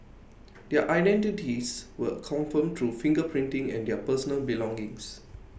their identities were confirmed through finger printing and their personal belongings